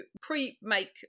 pre-make